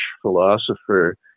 philosopher